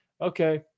okay